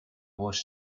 was